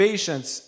Patience